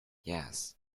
yes